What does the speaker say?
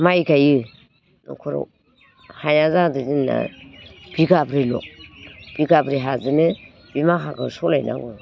माइ गाइयो नख'राव हाया जादों जोंना बिगाब्रैल' बिगाब्रै हाजोंनो बि माखाखौ सलायनांगौ